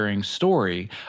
story